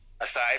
Aside